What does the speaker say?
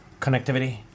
connectivity